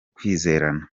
kwizerana